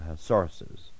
sources